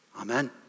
Amen